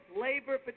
labor